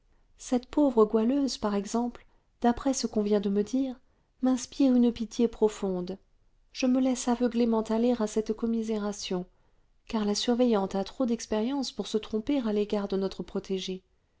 cette pauvre goualeuse par exemple d'après ce qu'on vient de me dire m'inspire une pitié profonde je me laisse aveuglément aller à cette commisération car la surveillante a trop d'expérience pour se tromper à l'égard de notre protégée